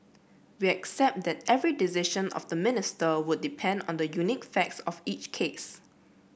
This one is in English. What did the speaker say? we accept that every decision of the Minister would depend on the unique facts of each case